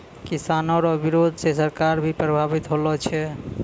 किसानो रो बिरोध से सरकार भी प्रभावित होलो छै